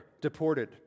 deported